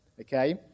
okay